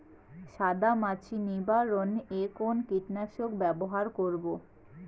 সাদা মাছি নিবারণ এ কোন কীটনাশক ব্যবহার করব?